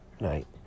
Night